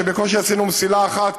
שבקושי עשינו מסילה אחת,